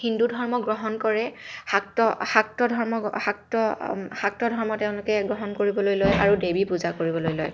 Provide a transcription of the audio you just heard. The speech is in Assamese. হিন্দু ধৰ্ম গ্ৰহণ কৰে শাক্ত ধৰ্ম তেওঁলোকে গ্ৰহণ কৰিবলৈ লয় আৰু দেৱী পূজা কৰিবলৈ লয়